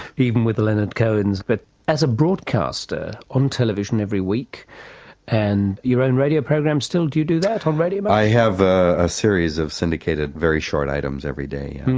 even with the leonard cohens. but as a broadcaster, on television every week and your own radio program still, do you do that, on radio? i have a series of syndicated, very short items every day.